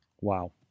Wow